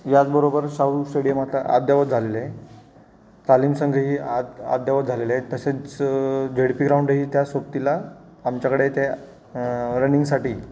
याचबरोबर शाहू स्टेडियम आता अद्ययावत झालेलं आहे तालीम संघही आत अद्ययावत झालेलं आहे तसेच झेड पी ग्राउंडही त्या सोबतीला आमच्याकडे त्या रनिंगसाठी